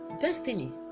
destiny